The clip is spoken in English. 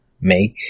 make